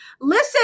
Listen